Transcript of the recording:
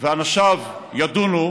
ואנשיו ידונו,